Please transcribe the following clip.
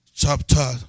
Chapter